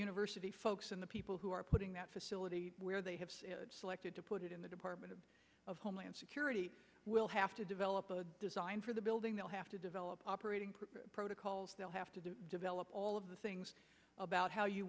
university folks and the people who are putting that facility where they have selected to put it in the department of homeland security will have to develop a design for the building they'll have to develop operating protocols they'll have to develop all of the things about how you